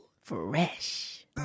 Fresh